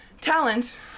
Talent